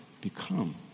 become